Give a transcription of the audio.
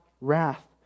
wrath